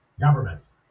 governments